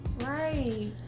Right